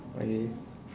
okay